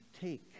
take